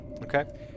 Okay